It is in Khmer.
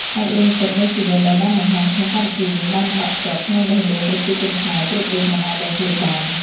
សាច់រឿងពិតនៃជីវិតដែលបានបង្ហាញក្នុងកម្មវិធីនេះបានដក់ជាប់ក្នុងបេះដូងប្រជាជនខ្មែរគ្រប់រូបមិនអាចបំភ្លេចបាន។